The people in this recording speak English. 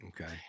Okay